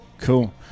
Cool